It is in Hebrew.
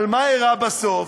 אבל מה אירע בסוף?